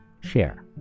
Share